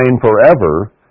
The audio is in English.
forever